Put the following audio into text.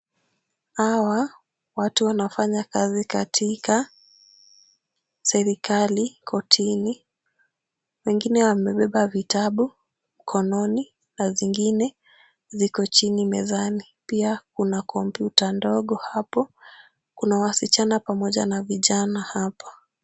Hawa watu wanafanya kazi katika serikali kotini. Wengine wamebeba vitabu mkononi na zingine ziko chini mezani. Pia kuna kompyuta ndogo hapo. Kuna wasichana pamoja na vijana hapa.